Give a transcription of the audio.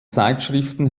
zeitschriften